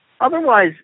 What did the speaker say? Otherwise